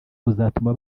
buzatuma